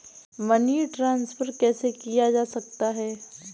Money transfer कैसे किया जा सकता है?